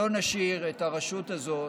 שלא נשאיר את הרשות הזאת,